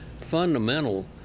fundamental